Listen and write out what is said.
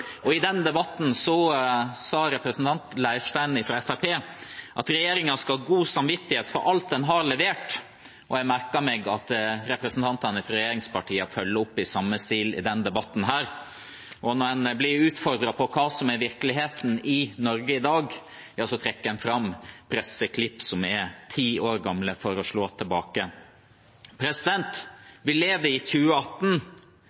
kritikkverdig. I den debatten sa representanten Leirstein fra Fremskrittspartiet at regjeringen skal ha god samvittighet for alt den har levert, og jeg merket meg at representantene fra regjeringspartiene følger opp i samme stil i denne debatten. Når en blir utfordret på hva som er virkeligheten i Norge i dag, trekker en fram presseklipp som er ti år gamle, for å slå tilbake.